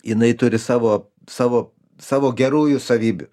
jinai turi savo savo savo gerųjų savybių